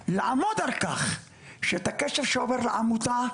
צריך לעמוד על כך שאת הכסף שעובד לעמותה,